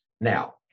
now